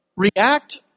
React